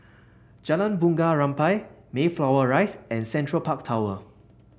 Jalan Bunga Rampai Mayflower Rise and Central Park Tower